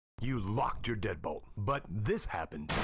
you locked your deadbolt, but this happened.